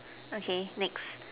okay next